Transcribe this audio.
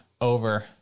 over